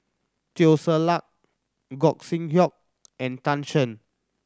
Teo Ser Luck Gog Sing Hooi and Tan Shen